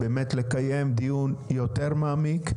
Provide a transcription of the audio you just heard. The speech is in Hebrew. לקיים דיון יותר מעמיק,